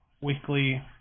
weekly